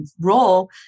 role